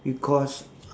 because